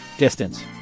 distance